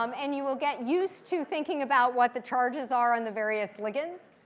um and you will get used to thinking about what the charges are on the various ligands.